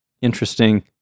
interesting